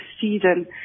season